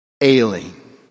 ailing